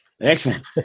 Excellent